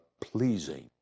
pleasing